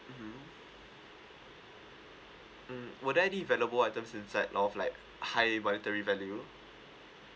mmhmm mm will there any valuable items inside a lot of like high monetary value